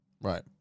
Right